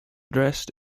dressed